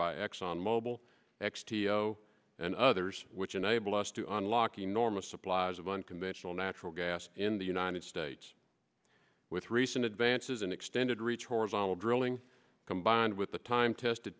by exxon mobil xom t o and others which enable us to unlock enormous supplies of unconventional natural gas in the united states with recent advances in extended reach horizontal drilling combined with the time tested